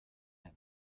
had